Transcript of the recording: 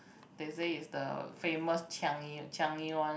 they say is the famous Changi Changi one